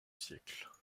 siècle